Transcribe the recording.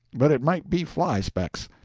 but it might be fly-specks.